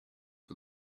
for